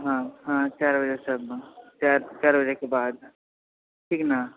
हँ हँ चारि बजे चारि बजेके बाद ठीक ने